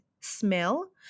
smell